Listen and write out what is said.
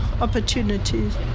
opportunities